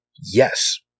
Yes